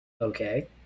Okay